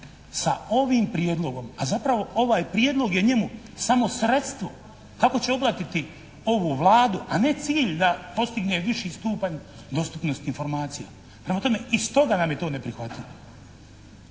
sa ovim prijedlogom, a zapravo ovaj prijedlog je njemu samo sredstvo kako će oblatiti ovu Vladu, a ne cilj da postigne viši stupanj dostupnosti informacija. Prema tome, i stoga nam je to neprihvatljivo.